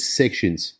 sections